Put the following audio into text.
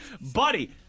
Buddy